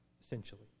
essentially